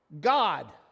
God